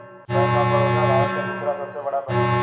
bank of Baroda Bharat का तीसरा सबसे बड़ा बैंक हैं